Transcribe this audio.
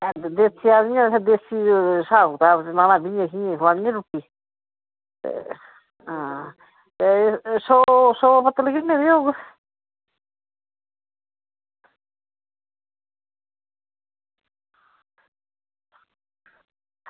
देसी बंदे ते असें देसी स्हाब चलाना बेहियै खलानी निं रुट्टी ते सौ सौ पत्तल किन्ने दी होग